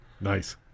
Nice